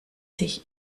sich